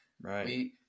Right